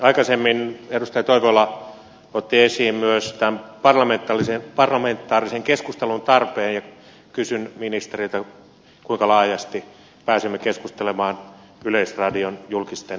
aikaisemmin edustaja toivola otti esiin myös tämän parlamentaarisen keskustelun tarpeen ja kysyn ministeriltä kuinka laajasti pääsemme keskustelemaan yleisradion julkisten tehtävien tulevaisuudesta